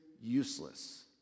useless